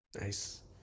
Nice